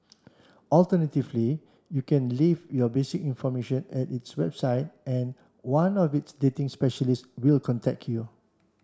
alternatively you can leave your basic information at its website and one of its dating specialists will contact you